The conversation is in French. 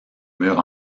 murs